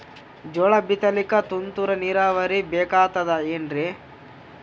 ಜೋಳ ಬಿತಲಿಕ ತುಂತುರ ನೀರಾವರಿ ಬೇಕಾಗತದ ಏನ್ರೀ?